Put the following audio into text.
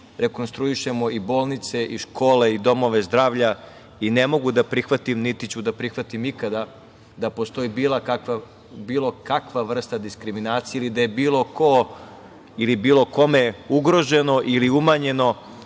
rekonstruišemo i bolnice i škole i domove zdravlja i ne mogu da prihvatim niti ću da prihvatim ikada da postoji bilo kakva vrsta diskriminacije ili da je bilo ko ili bilo kome ugroženo ili umanjeno